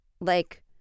like-